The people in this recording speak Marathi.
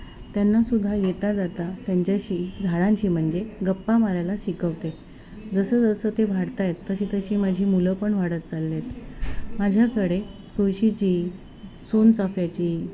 त्यांनासुद्धा येता जाता त्यांच्याशी झाडांशी म्हणजे गप्पा मारायला शिकवते जसं जसं ते वाढत आहेत तशी तशी माझी मुलं पण वाढत चाललेत माझ्याकडे तुळशीची सोनचाफ्याची